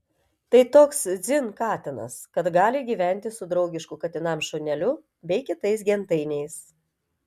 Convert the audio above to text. tai toks dzin katinas kad gali gyventi su draugišku katinams šuneliu bei kitais gentainiais